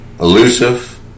Elusive